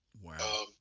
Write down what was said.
Wow